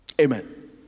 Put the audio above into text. Amen